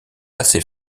assez